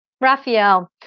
Raphael